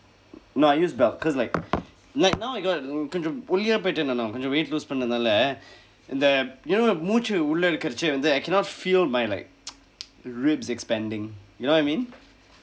no I use belt cause like like now I got கொஞ்சம் ஒல்லியாக போயிட்டேன் நான் கொஞ்சம்:konjsam olliyaaka pooytdeen naan konjsam weight loss பண்ணனால இந்த:pannanaala indtha you know மூச்சு உள்ளே வைத்து:muuchsu ullee vaiththu I cannot feel my like ribs expanding you know what I mean